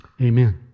Amen